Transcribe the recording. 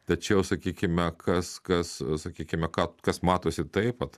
tačiau sakykime kas kas sakykime ką kas matosi taip vat